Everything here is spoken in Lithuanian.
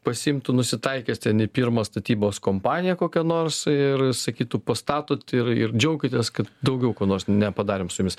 pasiimtų nusitaikęs ten į pirmą statybos kompaniją kokią nors ir sakytų pastatot ir ir džiaukitės kad daugiau ko nors nepadarėm su jumis